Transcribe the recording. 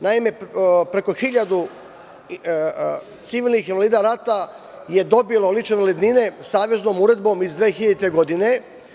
Naime, preko hiljadu civilnih invalida rata je dobilo lične invalidnine saveznom uredbom iz 2000. godini.